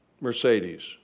Mercedes